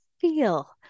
feel